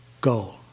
goal